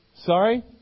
Sorry